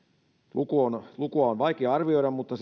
lukua on lukua on vaikea arvioida mutta